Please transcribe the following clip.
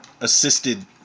assisted